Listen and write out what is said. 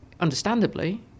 understandably